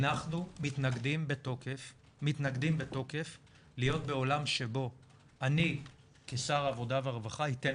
אנחנו מתנגדים בתוקף להיות בעולם שבו אני כשר עבודה והרווחה ייתן